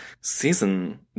season